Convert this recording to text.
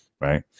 Right